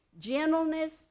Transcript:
gentleness